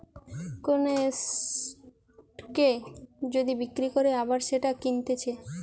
কোন এসেটকে যদি বিক্রি করে আবার সেটা কিনতেছে